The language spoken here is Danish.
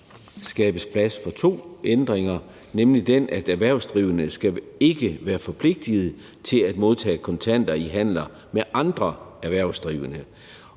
skabes plads for to ændringer, nemlig den, at erhvervsdrivende ikke skal være forpligtet til at modtage kontanter i handler med andre erhvervsdrivende,